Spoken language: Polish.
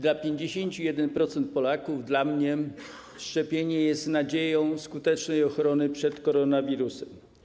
Dla 51% Polaków, dla mnie szczepienie jest nadzieją skutecznej ochrony przed koronawirusem.